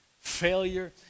failure